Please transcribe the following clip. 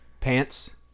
Pants